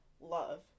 love